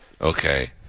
Okay